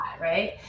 Right